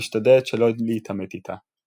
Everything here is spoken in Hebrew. ומשתדלת שלא להתעמת עמה.